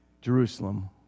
Jerusalem